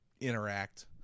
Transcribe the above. interact